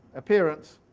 appearance,